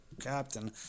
captain